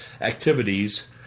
activities